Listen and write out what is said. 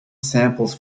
samples